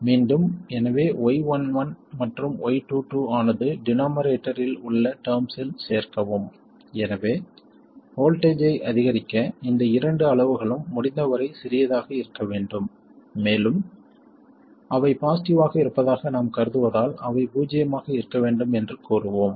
மீண்டும் எனவே y11 மற்றும் y22 ஆனது டினோமரேட்டரில் உள்ள டெர்ம்ஸ்ஸில் சேர்க்கவும் எனவே வோல்ட்டேஜ் ஐ அதிகரிக்க இந்த இரண்டு அளவுகளும் முடிந்தவரை சிறியதாக இருக்க வேண்டும் மேலும் அவை பாசிட்டிவ் ஆக இருப்பதாக நாம் கருதுவதால் அவை பூஜ்ஜியமாக இருக்க வேண்டும் என்று கூறுவோம்